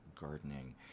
gardening